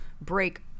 break